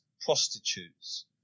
prostitutes